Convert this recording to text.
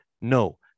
No